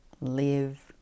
live